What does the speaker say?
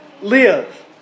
live